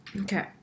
Okay